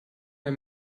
der